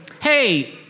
Hey